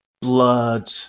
blood